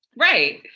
Right